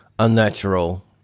unnatural